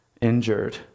injured